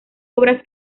obras